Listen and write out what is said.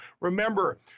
Remember